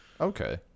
Okay